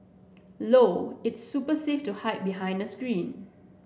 low its super safe to hide behind a screen